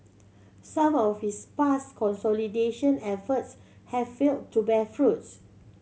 some of its past consolidation efforts have failed to bear fruit